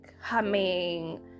humming